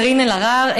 קארין אלהרר,